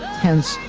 hence,